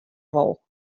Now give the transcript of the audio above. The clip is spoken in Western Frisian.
wol